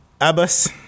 Abbas